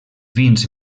vins